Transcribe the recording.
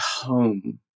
home